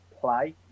play